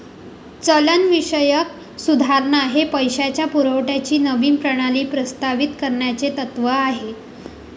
चलनविषयक सुधारणा हे पैशाच्या पुरवठ्याची नवीन प्रणाली प्रस्तावित करण्याचे तत्त्व आहे